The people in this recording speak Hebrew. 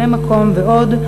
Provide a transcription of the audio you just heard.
בני המקום ועוד,